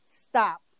stop